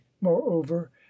moreover